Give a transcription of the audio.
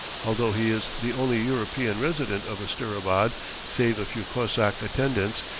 although he is the only european resident of asterabad save a few cossack attendants,